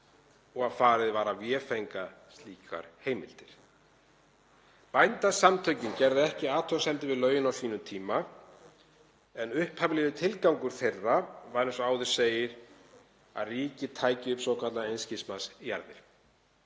og að farið var að vefengja slíkar heimildir. Bændasamtökin gerðu ekki athugasemdir við lögin á sínum tíma en upphaflegi tilgangur þeirra var, eins og áður segir, að ríkið tæki upp svokallaðar einskismannsjarðir.